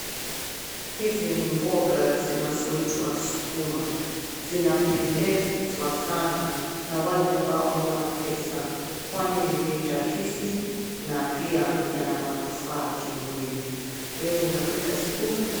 Hizi ni mboga zinazoitwa sukuma zinapendezwa sana na wale ambao hawana pesa ,kwani ni bei rahisi na pia yana manufaa kimwili, wewe unapenda sukuma?